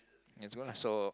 it's gonna so